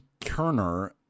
Kerner